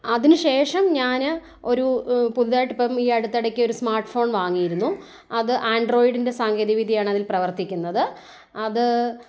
അതിനു ശേഷം ഞാന് ഒരു പുതിതായിട്ട് ഇപ്പം ഈ അടുത്തെടക്ക് ഒരു സ്മാർട്ട് ഫോൺ വാങ്ങിയിരുന്നു അത് ആൻഡ്രോയിഡിൻ്റെ സാങ്കേതിക വിദ്യ ആണ് അതിൽ പ്രവർത്തിക്കുന്നത് അത്